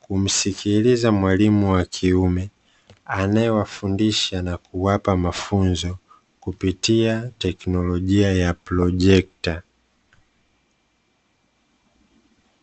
kumsikiliza mwalimu wa kiume, anayewafundisha na kuwapa mafunzo, kupitia teknolojia ya projekta.